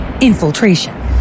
infiltration